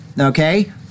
Okay